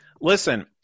listen